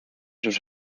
sus